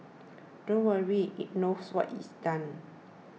don't worry it knows what it's done